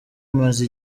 imaze